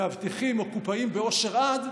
מאבטחים או קופאים באושר עד,